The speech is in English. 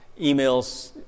emails